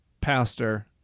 pastor